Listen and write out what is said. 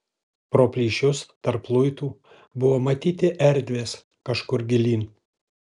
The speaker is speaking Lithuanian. pro plyšius tarp luitų buvo matyti erdvės kažkur gilyn